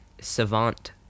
savant